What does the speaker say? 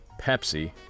Pepsi